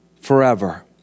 forever